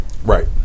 Right